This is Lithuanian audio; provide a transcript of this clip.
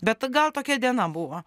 bet gal tokia diena buvo